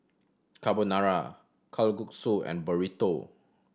Carbonara Kalguksu and Burrito